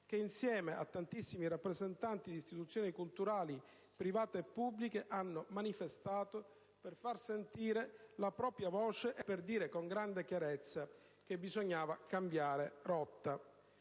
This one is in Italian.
insieme a tantissimi rappresentanti di istituzioni culturali private e pubbliche, hanno manifestato per far sentire la propria voce e per dire con grande chiarezza che bisognava cambiare rotta.